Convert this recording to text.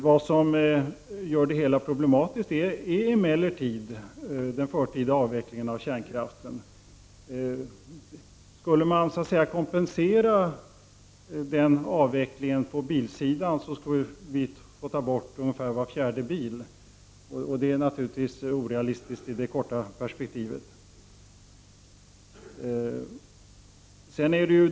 Vad som gör det hela problematiskt är emellertid den förtida avvecklingen av kärnkraften. Skulle man så att säga kompensera den avvecklingen på bilsidan, måste man ta bort ungefär var fjärde bil. Det är naturligtvis orealistiskt i det korta perspektivet.